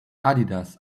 adidas